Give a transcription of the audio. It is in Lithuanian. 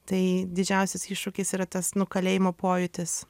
tai didžiausias iššūkis yra tas nu kalėjimo pojūtis